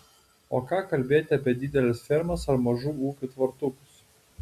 o ką kalbėti apie dideles fermas ar mažų ūkių tvartukus